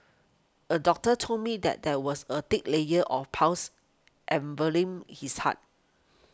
a doctor told me that there was a thick layer of pus enveloping his heart